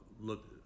look